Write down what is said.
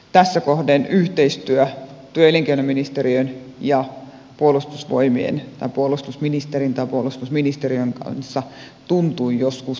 tässä kohden yhteistyö työ ja elinkeinoministeriön ja puolustusministeriön kanssa tuntui joskus takkuilevan